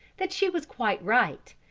that she was quite right,